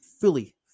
fully